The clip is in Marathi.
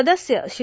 सदस्य श्री